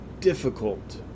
difficult